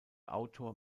autor